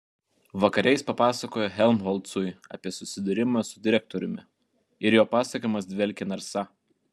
vakare jis papasakojo helmholcui apie susidūrimą su direktoriumi ir jo pasakojimas dvelkė narsa